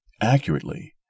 accurately